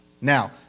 Now